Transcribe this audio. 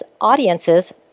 audiences